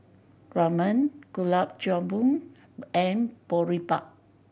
Ramen Gulab Jamun and Boribap